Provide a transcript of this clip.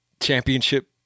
championship